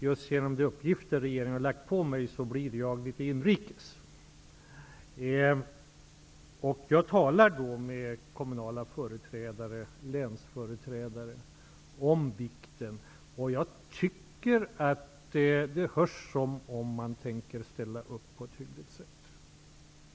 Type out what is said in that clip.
Just genom de uppgifter regeringen har lagt på mig blir det inrikes resor. Jag har talat med företrädare för kommuner och län. Jag tycker att det verkar som om man tänker ställa upp på ett hyggligt sätt.